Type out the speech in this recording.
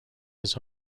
his